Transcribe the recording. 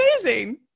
amazing